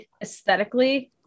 aesthetically